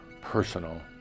personal